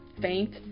faint